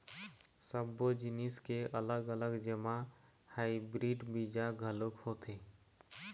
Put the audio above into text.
सब्बो जिनिस के अलग अलग जेमा हाइब्रिड बीजा घलोक होथे